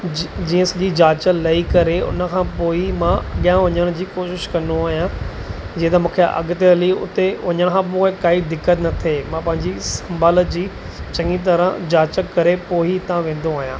जी जीअं सॼी जांच लही करे हुन खां पोइ ई मां अॻियां वञण जी कोशिशि कंदो आहियां जीअं त मूंखे अॻिते हली हुते वञण खां पोइ काई दिक़त न थिए मां पंहिंजी संभाल जी चङी तरह जांच करे पोइ ही हितां वेंदो आहियां